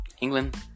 England